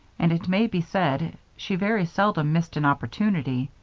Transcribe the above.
and, it may be said, she very seldom missed an opportunity.